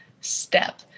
step